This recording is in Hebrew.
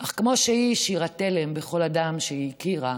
אך כמו שהיא השאירה תלם בכל אדם שהיא הכירה,